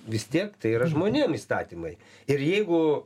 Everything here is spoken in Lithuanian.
vis tiek tai yra žmonėm įstatymai ir jeigu